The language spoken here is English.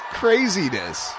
craziness